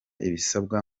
ibisabwa